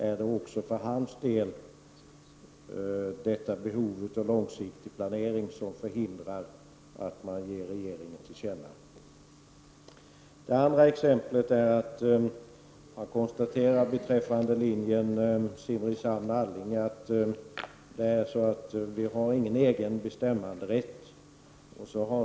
Är det även för hans del behovet av långsiktig planering som förhindrar att ge regeringen detta till känna? Jag konstaterar beträffande linjen Simrishamn-Allinge att vi där inte har någon bestämmanderätt.